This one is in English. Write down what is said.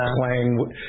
playing